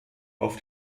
auf